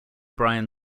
bryan